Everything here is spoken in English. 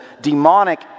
demonic